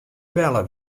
belle